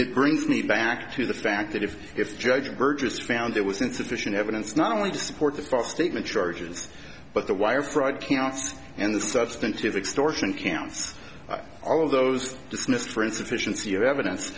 it brings me back to the fact that if if judge burgess found there was insufficient evidence not only to support the false statement charges but the wire fraud counts and the substantive extortion counts all of those dismissed for insufficiency of evidence